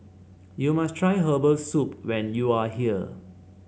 you must try Herbal Soup when you are here